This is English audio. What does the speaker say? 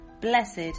Blessed